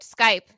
Skype